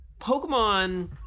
Pokemon